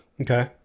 Okay